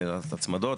הצמדות,